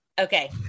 okay